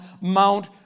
Mount